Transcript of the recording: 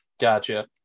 Gotcha